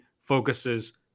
focuses